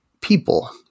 people